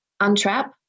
untrap